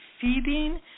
feeding